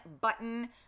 button